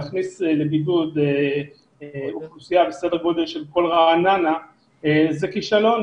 להכניס לבידוד אוכלוסייה בסדר גודל של כל רעננה זה כישלון.